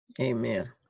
Amen